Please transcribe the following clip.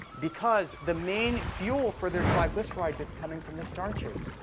because the main fuel for their triglycerides is coming from the starches.